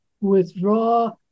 withdraw